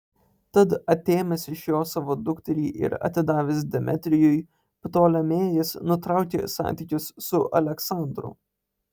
tad atėmęs iš jo savo dukterį ir atidavęs demetrijui ptolemėjas nutraukė santykius su aleksandru